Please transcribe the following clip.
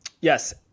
Yes